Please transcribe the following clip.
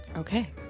Okay